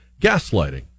gaslighting